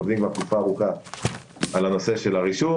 עובדים כבר תקופה ארוכה על הנושא של הרישום